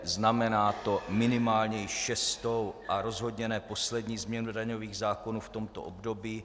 Znamená to minimálně šestou a rozhodně ne poslední změnu daňových zákonů v tomto období.